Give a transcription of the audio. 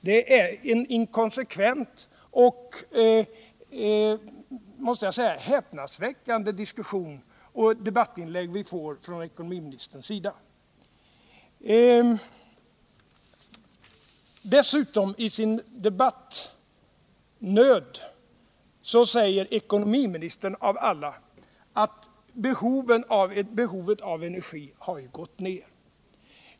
Det är en inkonsekvent och häpnadsväckande diskussion i ett debattinlägg från ekonomiministerns sida. Dessutom säger ekonomiminstern av alla, i sin debattnöd, att behovet av energi har gått ned.